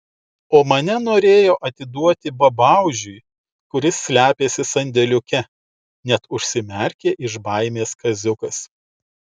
o mane norėjo atiduoti babaužiui kuris slepiasi sandėliuke net užsimerkė iš baimės kaziukas